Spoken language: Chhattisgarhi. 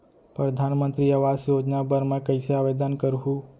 परधानमंतरी आवास योजना बर मैं कइसे आवेदन करहूँ?